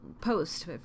post